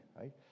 right